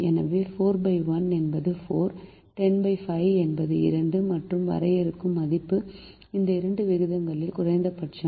எனவே 41 என்பது 4 105 என்பது 2 மற்றும் வரையறுக்கும் மதிப்பு இந்த இரண்டு விகிதங்களில் குறைந்தபட்சம்